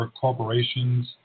corporations